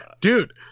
dude